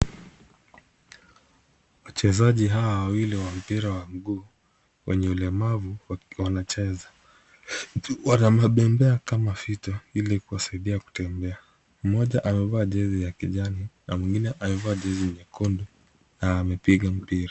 Wachezaji hawa wawili wa mpira wa mguu wenye ulemavu wanacheza . Wana mabembea kama fito ili kuwasaidia kutembea. Mmoja amevaa jezi ya kijani na mwengine amevaa jezi nyekundu na amepiga mpira.